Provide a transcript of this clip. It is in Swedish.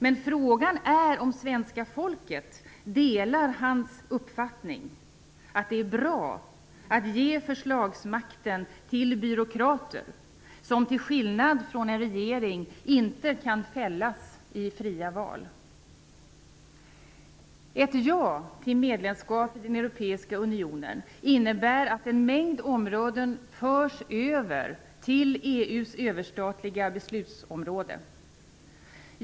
Men frågan är om svenska folket delar hans uppfattning att det är bra att ge förslagsmakten till byråkrater, som till skillnad från en regering inte kan fällas i fria val. Ett ja till medlemskap i den europeiska unionen innebär att en mängd områden förs över till EU:s överstatliga beslutsområde.